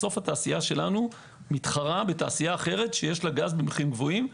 בסוף התעשייה שלנו מתחרה בתעשייה אחרת שיש לה גז במחירים גבוהים.